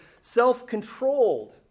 self-controlled